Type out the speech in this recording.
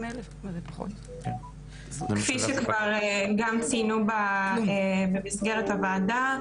כפי שגם ציינו במסגרת הוועדה,